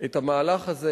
את המהלך הזה,